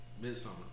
Midsummer